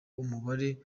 umubare